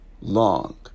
long